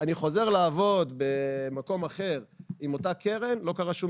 אני חוזר לעבוד במקום אחר עם אותה קרן לא קרה שום